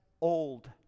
old